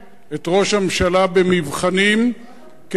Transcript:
את ראש הממשלה,